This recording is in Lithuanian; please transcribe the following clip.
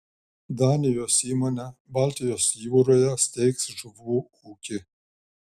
danijos įmonė baltijos jūroje steigs žuvų ūkį